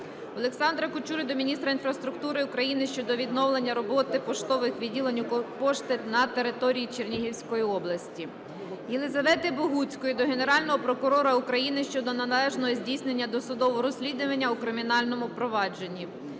Олександра Качури до міністра інфраструктури України щодо відновлення роботи поштових відділень Укрпошти на території Чернігівської області. Єлізавети Богуцької до Генерального прокурора України щодо неналежного здійснення досудового розслідування у кримінальному провадженні.